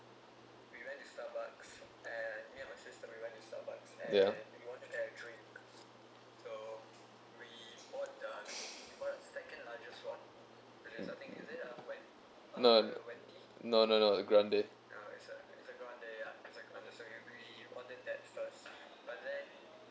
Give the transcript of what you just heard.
yeah no no no no grande